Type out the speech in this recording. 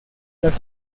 las